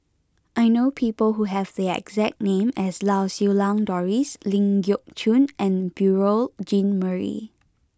I know people who have the exact name as Lau Siew Lang Doris Ling Geok Choon and Beurel Jean Marie